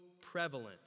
prevalent